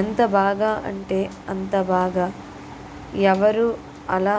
ఎంత బాగా అంటే అంత బాగా ఎవరు అలా